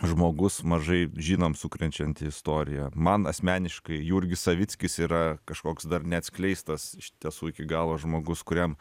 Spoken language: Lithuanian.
žmogus mažai žinom sukrečianti istorija man asmeniškai jurgis savickis yra kažkoks dar neatskleistas iš tiesų iki galo žmogus kuriam